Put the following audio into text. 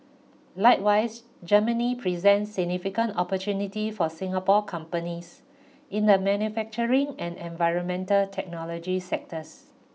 likewise Germany presents significant opportunities for Singapore companies in the manufacturing and environmental technology sectors